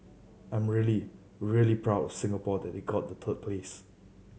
I'm really really proud of Singapore that they got the third place